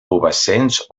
pubescents